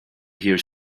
here